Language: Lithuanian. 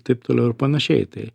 taip toliau ir panašiai tai